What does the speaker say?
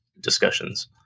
discussions